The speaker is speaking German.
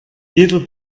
jeder